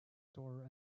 tore